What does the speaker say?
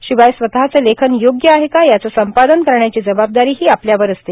शिवाय स्वतःचे लेखन योग्य आहे का याचे संपादन करण्याची जबाबदारीही आपल्यावर असते